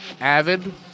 Avid